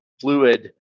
fluid